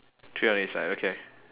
three on each side okay